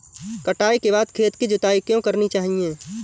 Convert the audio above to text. कटाई के बाद खेत की जुताई क्यो करनी चाहिए?